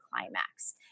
climax